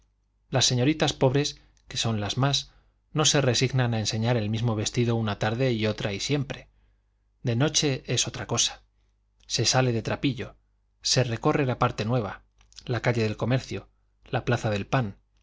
las señoritas pobres que son las más no se resignan a enseñar el mismo vestido una tarde y otra y siempre de noche es otra cosa se sale de trapillo se recorre la parte nueva la calle del comercio la plaza del pan